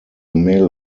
male